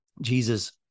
Jesus